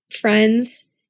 friends